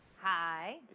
Hi